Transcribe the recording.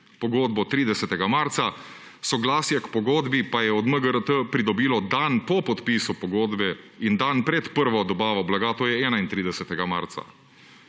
pogodbo 30. marca, soglasje k pogodbi pa je od MGRT pridobilo dan po podpisu pogodbe in dan pred prvo dobavo blaga, to je 31. marca.